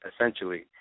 essentially